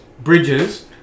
Bridges